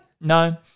no